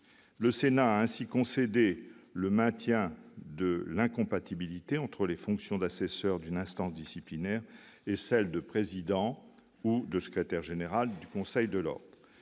Le Sénat a ainsi concédé le maintien de l'incompatibilité entre les fonctions d'assesseur d'une instance disciplinaire et celles de président ou de secrétaire général du conseil de l'ordre.